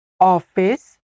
office